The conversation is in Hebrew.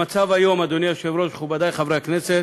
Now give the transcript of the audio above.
המצב היום, אדוני היושב-ראש, מכובדי חברי הכנסת,